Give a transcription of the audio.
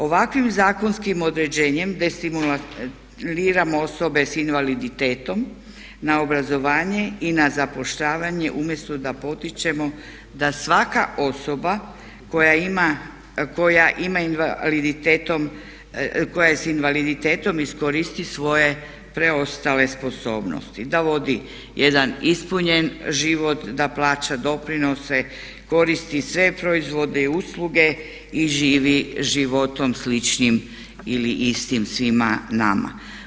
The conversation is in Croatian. Ovakvim zakonskim određenjem destimuliramo osobe s invaliditetom na obrazovanje i na zapošljavanje umjesto da potičemo da svaka osoba koja je s invaliditetom iskoristi svoje preostale sposobnosti, da vodi jedan ispunjen život, da plaća doprinose, koristi sve proizvode i usluge i živi životom sličnim ili istim svima nama.